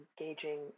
engaging